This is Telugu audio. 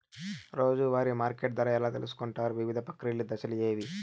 రోజూ వారి మార్కెట్ ధర ఎలా తెలుసుకొంటారు వివిధ ప్రక్రియలు దశలు ఏవి?